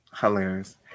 Hilarious